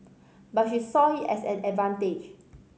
but she saw it as an advantage